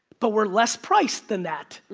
but were less priced than that,